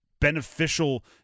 beneficial